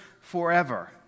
forever